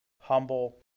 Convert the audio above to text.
humble